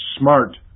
smart